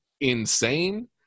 insane